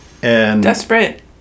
Desperate